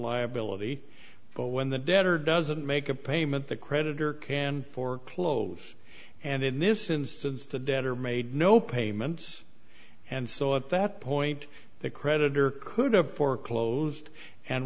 liability but when the debtor doesn't make a payment the creditor can foreclose and in this instance the debtor made no payments and so at that point the creditor could a foreclosed and